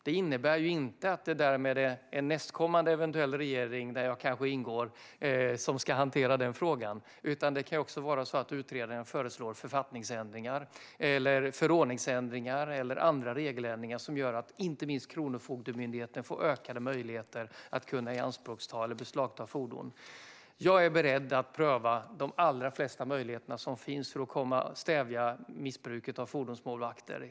Det innebär inte att det därmed är en nästkommande eventuell regering, där jag kanske ingår, som ska hantera frågan, utan det kan också vara så att utredaren föreslår författningsändringar, förordningsändringar eller andra regeländringar som gör att inte minst Kronofogdemyndigheten får ökade möjligheter att ianspråkta eller beslagta fordon. Jag är beredd att pröva de allra flesta möjligheter som finns för att stävja missbruket av fordonsmålvakter.